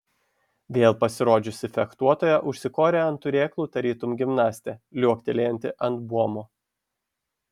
vėl pasirodžiusi fechtuotoja užsikorė ant turėklų tarytum gimnastė liuoktelėjanti ant buomo